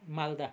Malda